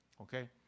okay